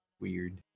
weird